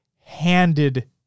handed